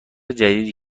جدیدیه